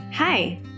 Hi